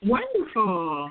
Wonderful